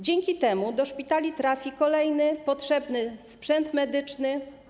Dzięki temu do szpitali trafi kolejny potrzebny sprzęt medyczny.